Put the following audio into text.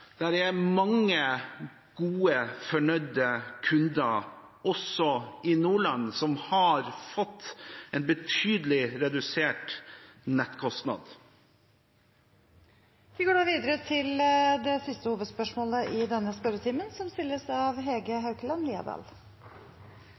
er mange gode og fornøyde kunder også i Nordland som har fått en betydelig redusert nettkostnad. Vi går da videre til det siste hovedspørsmålet i denne spørretimen.